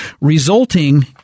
resulting